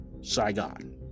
Saigon